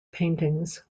paintings